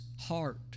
heart